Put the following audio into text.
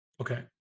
Okay